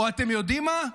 או, אתם יודעים מה?